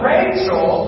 Rachel